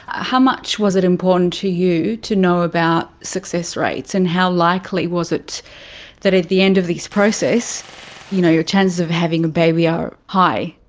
how much was it important to you to know about success rates and how likely was it that at the end of this process you know your chances of having a baby are high?